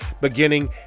beginning